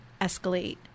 escalate